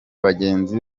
bagenzi